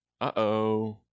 Uh-oh